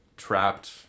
trapped